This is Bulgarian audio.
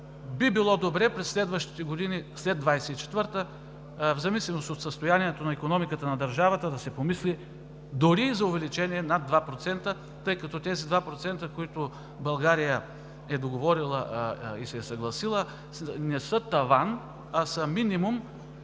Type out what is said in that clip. Би било добре през следващите години – след 2024 г., в зависимост от състоянието на икономиката на държавата, да се помисли дори за увеличение над 2%, тъй като тези 2%, които България е договорила и се е съгласила, не са таван, а са минимум,